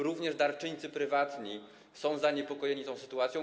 Również darczyńcy prywatni są zaniepokojeni tą sytuacją.